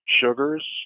Sugars